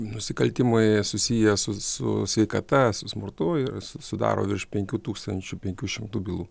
nusikaltimai susiję su su su sveikata su smurtu ir sudaro virš penkių tūkstančių penkių šimtų bylų